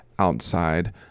outside